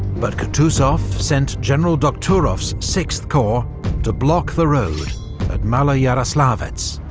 but kutuzov sent general dokhturov's sixth corps to block the road at maloyaroslavets.